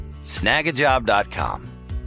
Snagajob.com